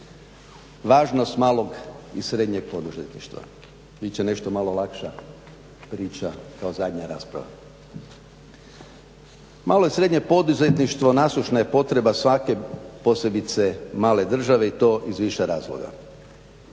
važnost malog i srednjeg poduzetništva. Bit će nešto malo lakša priča kao zadnja rasprava. Malo i srednje poduzetništvo nasušna je potreba svake posebice male države i to iz više razloga,